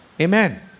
Amen